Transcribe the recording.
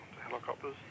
helicopters